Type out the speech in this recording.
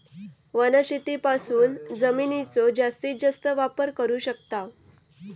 वनशेतीपासून जमिनीचो जास्तीस जास्त वापर करू शकताव